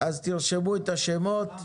תרשמו את השמות.